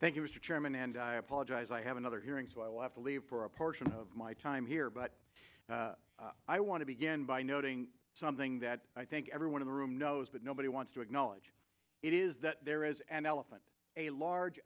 chairman and i apologize i have another hearing so i will have to leave for a portion of my time here but i want to begin by noting something that i think everyone in the room knows but nobody wants to acknowledge it is that there is an elephant a large